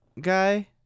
guy